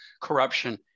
corruption